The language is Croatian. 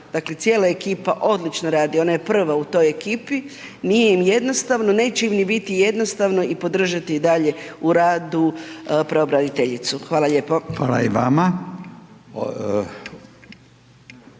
dakle cijela ekipa odlično radi, ona je prva u toj ekipi, nije im jednostavno i neće im ni biti jednostavno i podržati ih dalje u radu pravobraniteljicu. Hvala lijepo. **Radin,